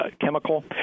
chemical